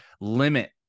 limit